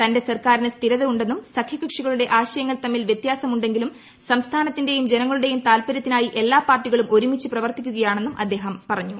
തന്റെ സർക്കാരിന് സ്ഥിരത ഉണ്ടെന്നും സഖൃകക്ഷികളുടെ ആശയങ്ങൾ തമ്മിൽ വ്യത്യാസം ഉണ്ടെങ്കിലും സംസ്ഥാനത്തിന്റെയും ജനങ്ങളുടെയും താൽപ്പര്യത്തിനായി എല്ലാ പാർട്ടികളും ഒരുമിച്ചു പ്രവർത്തിക്കുകയാണെന്നും അദ്ദേഹം പറഞ്ഞു